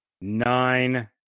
nine